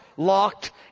Locked